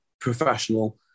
professional